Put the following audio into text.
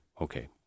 okay